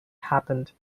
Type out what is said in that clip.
happened